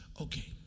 Okay